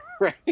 right